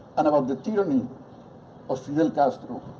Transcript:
and about the tyranny of fidel castro.